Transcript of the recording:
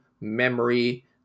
memory